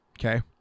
Okay